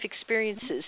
experiences